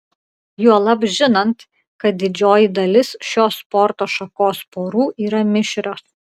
juolab žinant kad didžioji dalis šios sporto šakos porų yra mišrios